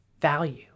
value